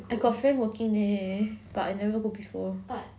I got friend working there but I never go before